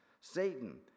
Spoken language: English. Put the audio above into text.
Satan